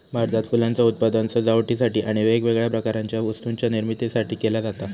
भारतात फुलांचा उत्पादन सजावटीसाठी आणि वेगवेगळ्या प्रकारच्या वस्तूंच्या निर्मितीसाठी केला जाता